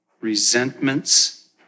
resentments